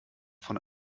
von